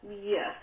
Yes